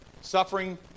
Suffering